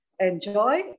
Enjoy